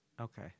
Okay